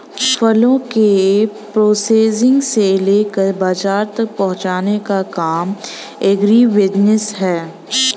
फलों के प्रोसेसिंग से लेकर बाजार तक पहुंचने का काम एग्रीबिजनेस है